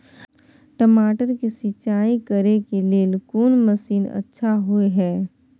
टमाटर के सिंचाई करे के लेल कोन मसीन अच्छा होय है